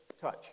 touch